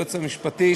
היועץ המשפטי,